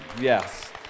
yes